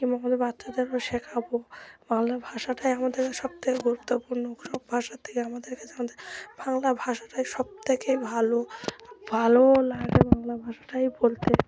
কিংবা আমাদের বাচ্চাদেরও শেখাবো বাংলা ভাষাটাই আমাদের সব থেকে গুরুত্বপূর্ণ সব ভাষার থেকে আমাদের কাছে আমাদের বাংলা ভাষাটাই সব থেকে ভালো ভালো লাগে বাংলা ভাষাটাই বলতে